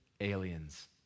aliens